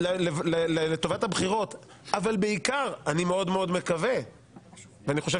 לטובת הבחירות אבל בעיקר אני מאוד מאוד מקווה ואני חושב